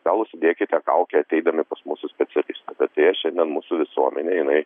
gal užsidėkite kaukę ateidami pas mūsų specialius bet deja šiandien mūsų visuomenėj jinai